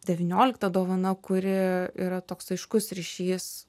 devyniolikta dovana kuri yra toks aiškus ryšys